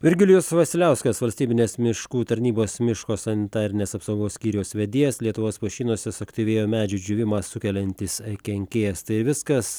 virgilijus vasiliauskas valstybinės miškų tarnybos miško sanitarinės apsaugos skyriaus vedėjas lietuvos pušynuose suaktyvėjo medžių džiūvimą sukeliantis kenkėjas tai viskas